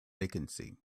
vacancy